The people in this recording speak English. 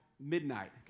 midnight